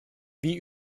wie